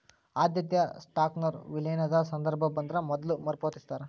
ಆದ್ಯತೆಯ ಸ್ಟಾಕ್ನೊರ ವಿಲೇನದ ಸಂದರ್ಭ ಬಂದ್ರ ಮೊದ್ಲ ಮರುಪಾವತಿಸ್ತಾರ